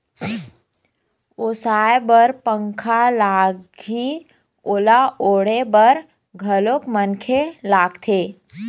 ओसाय बर पंखा लागही, ओला ओटे बर घलोक मनखे लागथे